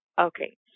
Okay